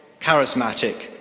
charismatic